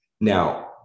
now